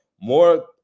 more